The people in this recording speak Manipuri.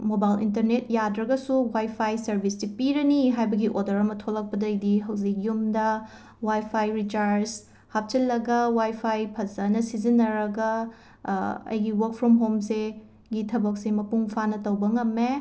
ꯃꯣꯕꯥꯏꯜ ꯏꯟꯇꯔꯅꯦꯠ ꯌꯥꯗ꯭ꯔꯒꯁꯨ ꯋꯥꯏ ꯐꯥꯏ ꯁꯔꯕꯤꯁꯇꯤ ꯄꯤꯔꯅꯤ ꯍꯥꯏꯕꯒꯤ ꯑꯣꯗꯔ ꯑꯃ ꯊꯣꯂꯛꯄꯗꯩꯗꯤ ꯍꯧꯖꯤꯛ ꯌꯨꯝꯗ ꯋꯥꯏ ꯐꯥꯏ ꯔꯤꯆꯥꯔꯖ ꯍꯥꯞꯆꯤꯜꯂꯒ ꯋꯥꯏ ꯐꯥꯏ ꯐꯖꯅ ꯁꯤꯖꯤꯟꯅꯔꯒ ꯑꯩꯒꯤ ꯋꯛ ꯐ꯭ꯔꯣꯝ ꯍꯣꯝꯁꯦ ꯒꯤ ꯊꯕꯛꯁꯦ ꯃꯄꯨꯡ ꯐꯥꯅ ꯇꯧꯕ ꯉꯝꯃꯦ